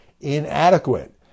inadequate